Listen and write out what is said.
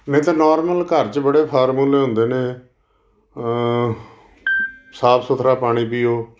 ਮੈਂ ਤਾਂ ਨੋਰਮਲ ਘਰ 'ਚ ਬੜੇ ਫਾਰਮੂਲੇ ਹੁੰਦੇ ਨੇ ਸਾਫ਼ ਸੁਥਰਾ ਪਾਣੀ ਪੀਓ